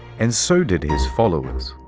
and so did his followers.